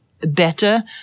better